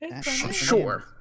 Sure